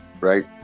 right